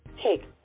take